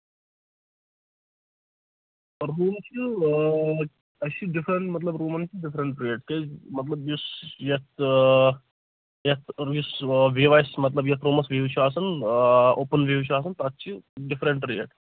اور اَسہِ چھُ ڈِفریٚنٹ رومن مطلب یُس یَتھ تہٕ یَتھ یُس مطلب ویٚو آسہِ مطلب یَتھ روٗمَس ویٚو چھُ آسان مطلب ویٚو چھُ آسان تَتھ چھِ ڈِفریٚنٹ ریٹ